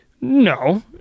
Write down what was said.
No